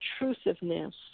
intrusiveness